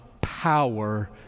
power